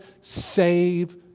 save